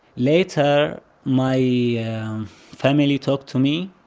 later, my family talked to me,